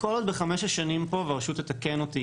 כל עוד היא ב-5 השנים הראשונות פה והרשות תתקן אותי